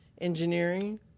engineering